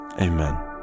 amen